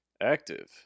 active